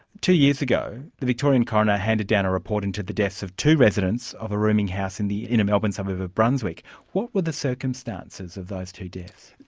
two years ago the victorian coroner handed down a report into the deaths of two residents of a rooming house in the inner melbourne suburb of of brunswick what were the circumstances of those two deaths?